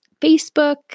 Facebook